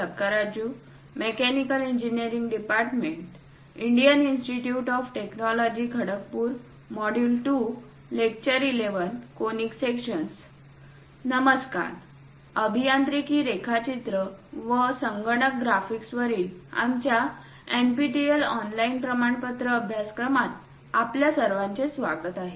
नमस्कार अभियांत्रिकी रेखाचित्र व संगणक ग्राफिक्स वरील आमच्या NPTEL ऑनलाईन प्रमाणपत्र अभ्यासक्रमात आपल्या सर्वांचे स्वागत आहे